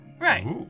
Right